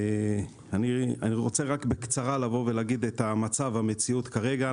אני רוצה בקצרה לבוא ולהגיד את המצב והמציאות כרגע.